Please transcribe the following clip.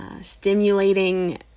stimulating